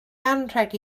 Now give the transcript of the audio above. anrheg